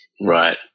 right